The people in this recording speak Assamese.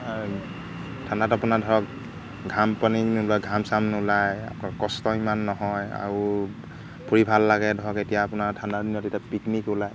ঠাণ্ডাত আপোনাৰ ধৰক ঘামপানী নোলায় ঘাম চাম নোলায় আকৌ কষ্ট ইমান নহয় আৰু ফুৰি ভাল লাগে ধৰক এতিয়া আপোনাৰ ঠাণ্ডাৰ দিনত এতিয়া পিকনিক ওলায়